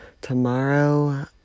tomorrow